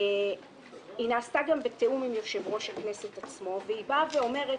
היא נעשתה גם בתיאום עם יושב-ראש הכנסת עצמו והיא באה ואומרת